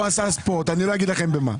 הוא עשה ספורט ואני לא אומר לכם במה.